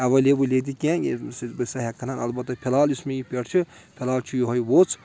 available ییٚتہِ کینٛہہ ییٚمہِ سۭتۍ بہٕ سۄ ہؠکہٕ ہن البَتہ فِلحال یُس مےٚ یہِ پؠٹھ چھِ فِلحال چھُ یِہوے ووٚژھ